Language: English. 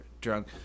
drunk